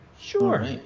Sure